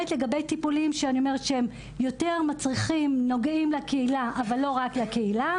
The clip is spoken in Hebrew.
הדבר השני לגבי טיפולים שנוגעים לקהילה אבל לא רק לקהילה,